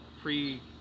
pre-